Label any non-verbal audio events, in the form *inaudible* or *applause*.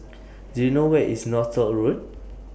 *noise* Do YOU know Where IS Northolt Road